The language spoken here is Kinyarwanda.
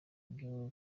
byo